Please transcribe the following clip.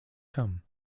come